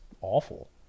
awful